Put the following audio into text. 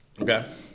Okay